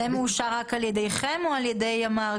זה מאושר רק על ידיכם או גם על ידי אמ"ר?